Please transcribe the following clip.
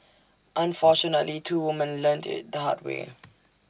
unfortunately two women learnt IT the hard way